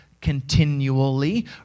continually